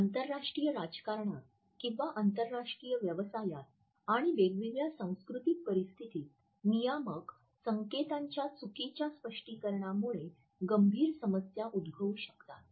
आंतरराष्ट्रीय राजकारणात किंवा आंतरराष्ट्रीय व्यवसायात आणि वेगवेगळ्या सांस्कृतिक परिस्थितीत नियामक संकेतांच्या चुकीच्या स्पष्टीकरणामुळे गंभीर समस्या उद्भवू शकतात